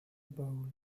bowl